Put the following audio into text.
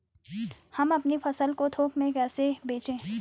हम अपनी फसल को थोक में कैसे बेचें?